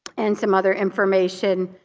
and some other information